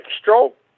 stroke